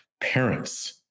parents